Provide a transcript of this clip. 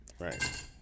Right